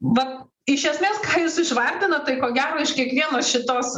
vat iš esmės ką jūs išvardinot tai ko gero iš kiekvienos šitos